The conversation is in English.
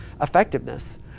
effectiveness